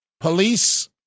Police